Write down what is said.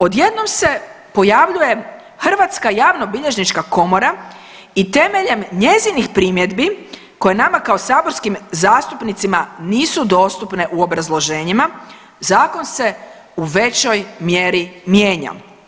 Odjednom se pojavljuje Hrvatska javnobilježnička komora i temeljem njezinih primjedbi koje nama kao saborskim zastupnicima nisu dostupne u obrazloženjima zakon se u većoj mjeri mijenja.